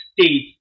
state